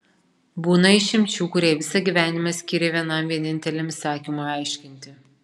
būna išminčių kurie visą gyvenimą skiria vienam vieninteliam įsakymui aiškinti